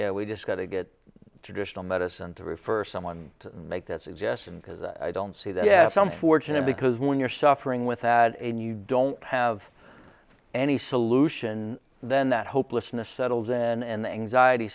we just got to get traditional medicine to refer someone to make that suggestion because i don't see that yeah some fortunate because when you're suffering with that and you don't have any solution then that hopelessness settles in and the anxiety